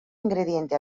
ingrediente